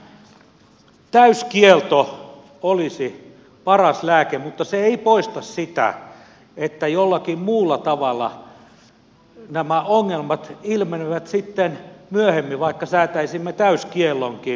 tämän täyskielto olisi paras lääke mutta se ei poista sitä että jollakin muualla tavalla nämä ongelmat ilmenevät sitten myöhemmin vaikka säätäisimme täyskiellonkin